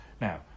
Now